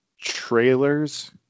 trailers